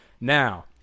Now